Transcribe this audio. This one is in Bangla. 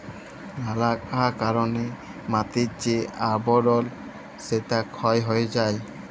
লালা কারলে মাটির যে আবরল সেট ক্ষয় হঁয়ে যায়